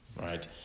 Right